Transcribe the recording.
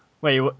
Wait